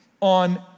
on